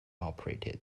operated